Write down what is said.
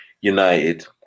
United